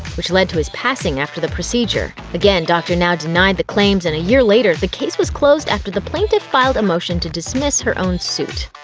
which led to his passing after the procedure. again, dr. now denied the claims, and a year later, the case was closed after the plaintiff filed a motion to dismiss her own suit.